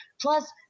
plus